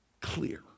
clear